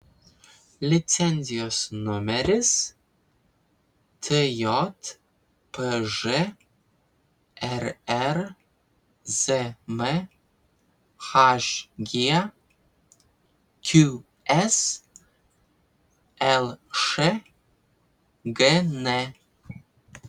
licenzijos numeris tjpž rrzm hgqs lšgn